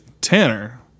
Tanner